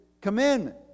commandment